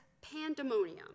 pandemonium